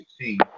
2016